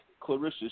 Clarissa